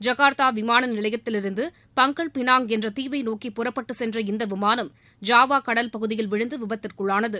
Jakarta விமானநிலையத்திலிருந்து Pangkal Pinang என்ற தீவை நோக்கி புறப்பட்டு சென்ற இந்த விமானம் ஜாவா கடல் பகுதியில் விழுந்து விபத்திற்குள்ளானது